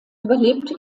überlebte